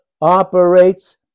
operates